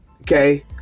Okay